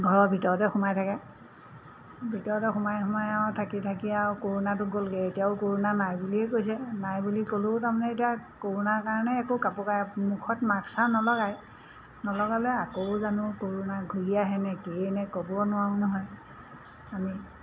ঘৰৰ ভিতৰতে সোমাই থাকে ভিতৰতে সোমাই সোমাই আৰু থাকি থাকি আৰু কৰোনাটো গ'লগৈ এতিয়াও কৰোনা নাই বুলিয়ে কৈছে নাই বুলি ক'লেও তাৰ মানে এতিয়া কৰোনাৰ কাৰণে একো কাপোৰ মুখত মাক্স চাক্স নলগায় নলগালেও আকৌ জানো কৰোনা ঘূৰিয়ে আহেনে কিয়ে নে ক'ব নোৱাৰো নহয় আমি